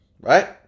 Right